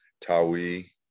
Tawi